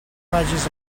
vagis